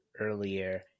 earlier